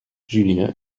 julien